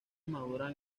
maduran